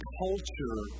culture